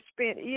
spent